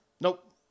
Nope